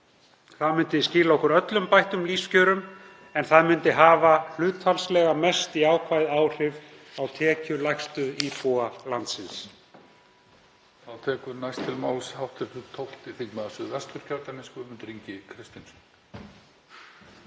Það myndi skila okkur öllum bættum lífskjörum en það myndi hafa hlutfallslega mest jákvæð áhrif á tekjulægstu íbúa landsins.